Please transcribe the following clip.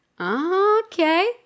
okay